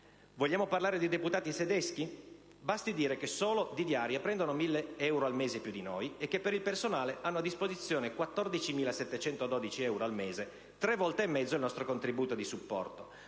Vogliamo parlare dei deputati tedeschi? Basti dire che solo di diaria prendono 1.000 euro al mese più di noi e che per il personale hanno a disposizione 14.712 euro al mese, tre volte e mezzo il nostro contributo di supporto;